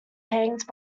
hanged